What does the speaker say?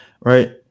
right